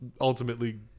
ultimately